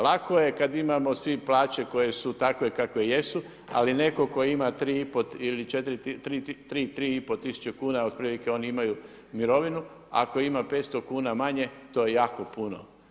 Lako je kada imamo svi plaće koje su takve kakve jesu, ali neko tko ima 3,5 ili 3, 3,5 tisuće kuna otprilike oni imaju mirovinu, ako imaju 500 kuna manje to je jako puno.